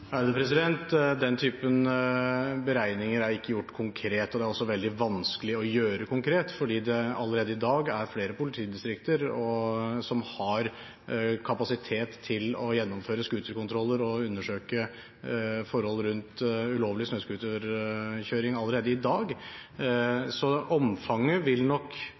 Den typen beregninger er ikke gjort konkret, og det er også veldig vanskelig å gjøre konkret, fordi det allerede i dag er flere politidistrikter som har kapasitet til å gjennomføre scooterkontroller og undersøke forhold rundt ulovlig snøscooterkjøring. Omfanget vil nok øke av antall snøscootere, naturligvis, når en får muligheten til å kjøre lovlig, men det vil